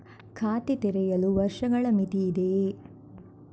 ಖಾತೆ ತೆರೆಯಲು ವರ್ಷಗಳ ಮಿತಿ ಇದೆಯೇ?